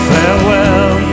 Farewell